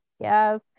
Yes